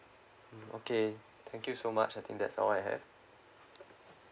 mm okay thank you so much I think that's all I have